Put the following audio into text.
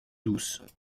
douce